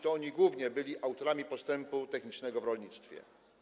To oni głównie byli autorami postępu technicznego w rolnictwie.